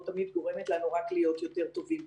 תמיד גורמת לנו רק להיות יותר טובים,